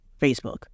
Facebook